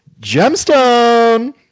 gemstone